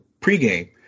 pregame